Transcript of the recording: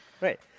Right